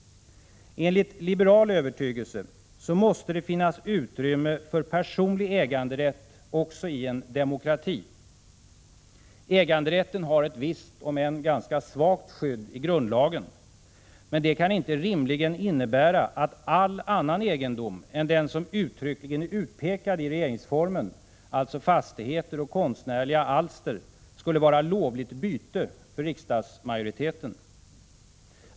Enligt liberal övertygelse måste det finnas utrymme för personlig äganderätt också i en demokrati. Äganderätten har ett visst, om än svagt skydd i grundlagen. Men det kan inte rimligen innebära att all annan egendom än den som uttryckligen är utpekad i regeringsformen — fastigheter och konstnärliga alster — skulle vara lovligt byte för riksdagsmajoriteten.